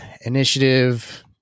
Initiative